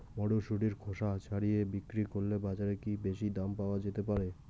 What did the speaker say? মটরশুটির খোসা ছাড়িয়ে বিক্রি করলে বাজারে কী বেশী দাম পাওয়া যেতে পারে?